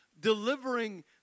delivering